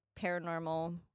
paranormal